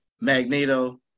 Magneto